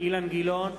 אילן גילאון,